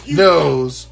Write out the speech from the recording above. knows